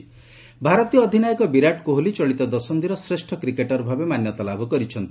cricket Kohli ଭାରତୀୟ ଅଧିନାୟକ ବିରାଟ କୋହଲି ଚଳିତ ଦଶନ୍ଧିର ଶ୍ରେଷ୍ଠ କ୍ରିକେଟର ଭାବେ ମାନ୍ୟତା ଲାଭ କରିଛନ୍ତି